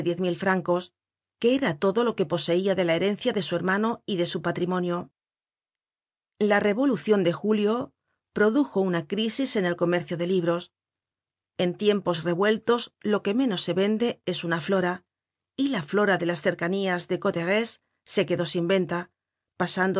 mil francos que era todo lo que poseia de la herencia de su hermano y de su patrimonio la revolucion de julio produjo una crísis en el comercio de libros en tiempos revueltos lo que menos se vende es una flora y la flora de las cercanías de canter etz se quedó sin venta